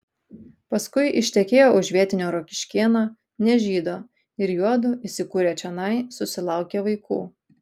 paskui ištekėjo už vietinio rokiškėno ne žydo ir juodu įsikūrę čionai susilaukė vaikų